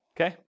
Okay